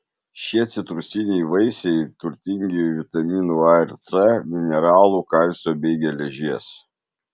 šie citrusiniai vaisiai turtingi vitaminų a ir c mineralų kalcio bei geležies